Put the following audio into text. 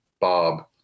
Bob